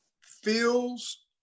feels